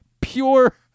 pure